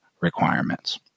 requirements